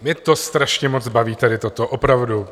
Mě to strašně moc baví tady toto, opravdu.